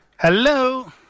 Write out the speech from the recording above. Hello